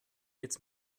jetzt